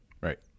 right